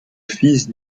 fils